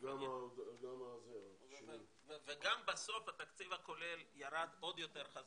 וגם בסוף התקציב הכולל ירד עוד יותר חזק.